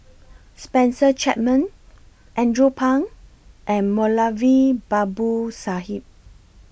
Spencer Chapman Andrew Phang and Moulavi Babu Sahib